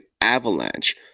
avalanche